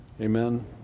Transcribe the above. Amen